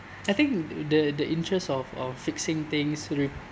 I think the the interests of of fixing things repairing